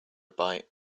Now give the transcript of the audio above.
bite